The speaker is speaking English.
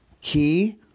key